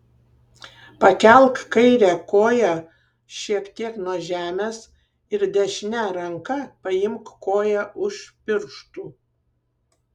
pakelk kairę koją šiek tiek nuo žemės ir dešine ranka paimk koją už pirštų